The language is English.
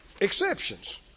exceptions